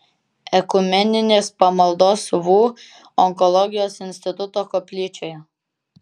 ekumeninės pamaldos vu onkologijos instituto koplyčioje